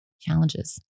Challenges